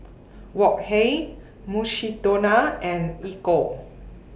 Wok Hey Mukshidonna and Ecco